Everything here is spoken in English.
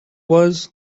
was